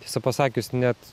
tiesą pasakius net